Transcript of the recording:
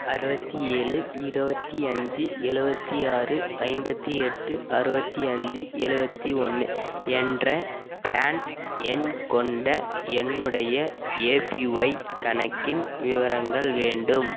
அறுபத்தி ஏழு இருபத்தி அஞ்சு எழுவத்தி ஆறு ஐம்பத்து எட்டு அறுபத்தி அஞ்சு எழுவத்தி ஒன்று என்ற பிரான் எண் கொண்ட என்னுடைய ஏபிஒய் கணக்கின் விவரங்கள் வேண்டும்